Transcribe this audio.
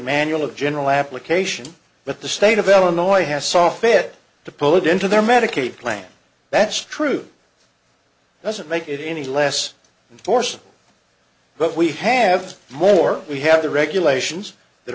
manual of general application but the state of illinois has saw fit to pull it into their medicaid plan that's true doesn't make it any less in force but we have more we have the regulations that